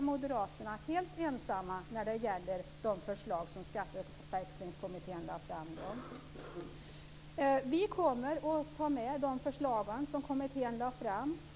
Moderaterna står helt ensamma i fråga om de förslag som Skatteväxlingskommittén lade fram. Vi kommer att ta med de förslag som kommittén lade fram.